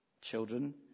Children